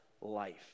life